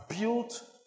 built